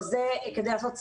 זה כדי לעשות סדר.